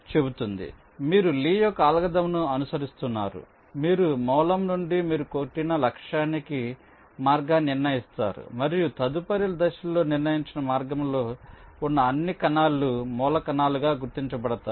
కాబట్టి మీరు లీ యొక్క అల్గోరిథంను అనుసరిస్తారు మీరు మూలం నుండి మీరు కొట్టిన లక్ష్యానికి మార్గాన్ని నిర్ణయిస్తారు మరియు తదుపరి దశలో నిర్ణయించిన మార్గంలో ఉన్న అన్ని కణాలు మూల కణాలుగా గుర్తించబడతాయి